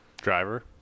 Driver